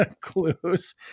clues